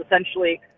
essentially